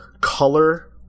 color